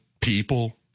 people